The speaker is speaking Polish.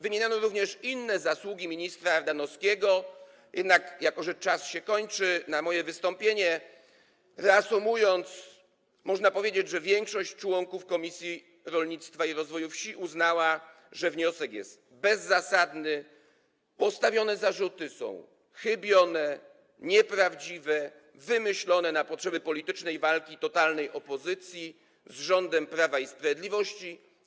Wymieniano również inne zasługi ministra Ardanowskiego, jednak jako że czas na moje wystąpienie się kończy, reasumując, mogę powiedzieć, że większość członków Komisji Rolnictwa i Rozwoju Wsi uznała, że wniosek jest bezzasadny, a postawione zarzuty są chybione, nieprawdziwe, wymyślone na potrzeby politycznej walki totalnej opozycji z rządem Prawa i Sprawiedliwości.